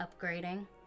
upgrading